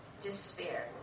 despair